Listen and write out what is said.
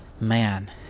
man